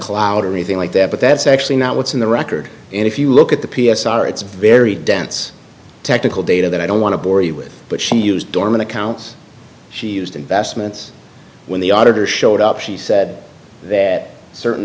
cloud or anything like that but that's actually not what's in the record and if you look at the p s r it's very dense technical data that i don't want to bore you with but she used dormant accounts she used investments when the auditor showed up she said that certain